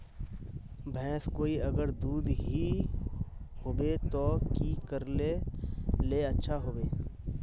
भैंस कोई अगर दूध नि होबे तो की करले ले अच्छा होवे?